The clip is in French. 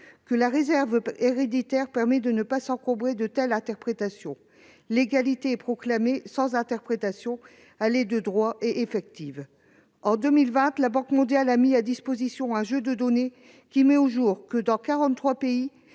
que la réserve héréditaire permet de ne pas s'encombrer de telle ou telle interprétation. L'égalité est proclamée sans interprétation. Elle est de droit et effective. En 2020, la Banque mondiale a mis à disposition un jeu de données qui met au jour que, dans 43 pays,